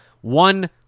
one